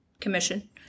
commission